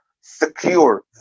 secure